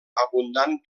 abundant